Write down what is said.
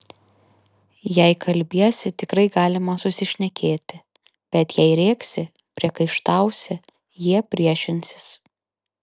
jei kalbiesi tikrai galima susišnekėti bet jei rėksi priekaištausi jie priešinsis